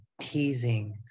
teasing